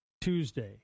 Tuesday